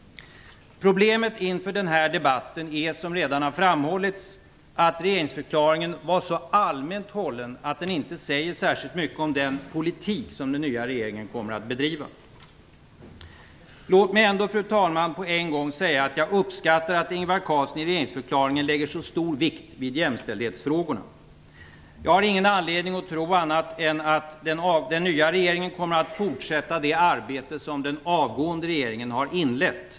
Problemet inför den här debatten är, som redan har framhållits, att regeringsförklaringen var så allmänt hållen att den inte säger särskilt mycket om den politik som den nya regeringen kommer att bedriva. Fru talman! Låt mig ändå på en gång säga att jag uppskattar att Ingvar Carlsson i regeringsförklaringen lägger så stor vikt vid jämställdhetsfrågorna. Jag har ingen anledning att tro annat än att den nya regeringen kommer att fortsätta det arbete som den avgående regeringen har inlett.